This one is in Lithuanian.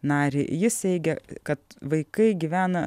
narį jis teigia kad vaikai gyvena